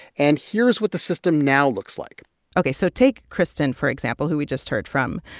and here's what the system now looks like ok. so take kristin for example who we just heard from.